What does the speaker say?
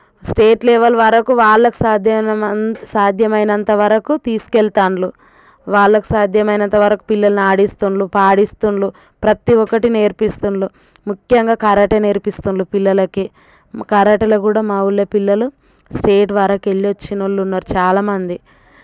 state level వరకు వాళ్ళకు సాధ్య సాధ్యమైనంత వరకు తీసుకెళ్తున్నారు వాళ్ళకు సాధ్యమైనంత వరకు పిల్లలని ఆడిస్తున్నారు పాడిస్తున్నారు ప్రతీ ఒక్కటి నేర్పిస్తున్నారు ముఖ్యంగా కరాటే నేర్పిస్తున్నారు పిల్లలకి కరాటేలో కూడా మా ఊళ్ళో పిల్లలు స్టేట్ వరకు వెళ్ళి వచ్చినవారు ఉన్నారు చాలామంది